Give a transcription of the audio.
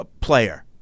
player